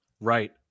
Right